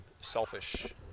selfish